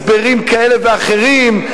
הסברים כאלה ואחרים,